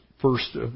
first